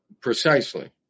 Precisely